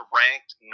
ranked